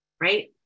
right